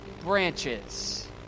branches